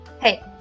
Hey